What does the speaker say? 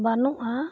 ᱵᱟᱹᱱᱩᱜᱼᱟ